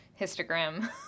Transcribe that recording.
histogram